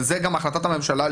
וזאת גם החלטת הממשלה,